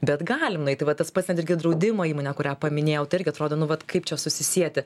bet galim nueiti va tas pats netgi ir draudimo įmonė kurią paminėjau tai irgi atrodo nu vat kaip čia susisieti